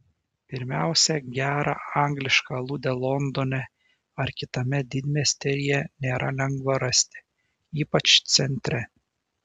pirmiausia gerą anglišką aludę londone ar kitame didmiestyje nėra lengva rasti ypač centre